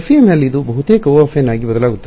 FEM ನಲ್ಲಿ ಇದು ಬಹುತೇಕ O ಆಗಿ ಬದಲಾಗುತ್ತದೆ